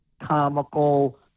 Comical